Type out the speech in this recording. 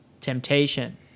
temptation